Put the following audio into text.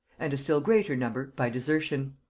and a still greater number by desertion.